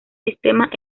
sistemas